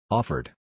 Offered